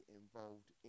involved